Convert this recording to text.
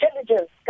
intelligence